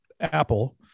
Apple